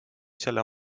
selle